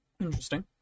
Interesting